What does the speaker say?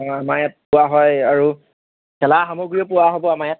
অঁ আমাৰ ইয়াত পোৱা হয় আৰু খেলা সামগ্ৰীও পোৱা হ'ব আমাৰ ইয়াত